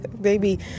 Baby